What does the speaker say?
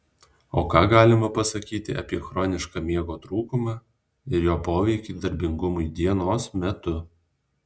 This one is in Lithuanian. o ką galima pasakyti apie chronišką miego trūkumą ir jo poveikį darbingumui dienos metu